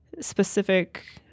specific